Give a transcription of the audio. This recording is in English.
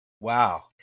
Wow